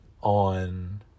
on